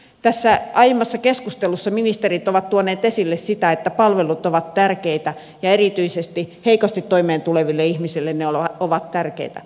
tässä aiemmassa keskustelussa ministerit ovat tuoneet esille sitä että palvelut ovat tärkeitä ja erityisesti heikosti toimeentuleville ihmisille ne ovat tärkeitä